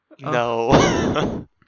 no